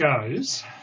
goes